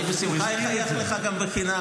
עכשיו אפשר --- אני בשמחה אחייך לך גם בחינם,